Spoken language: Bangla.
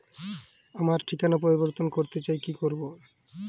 আমার ঠিকানা পরিবর্তন করতে চাই কী করব?